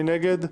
מי נגד?